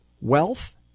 wealth